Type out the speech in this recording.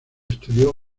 estudió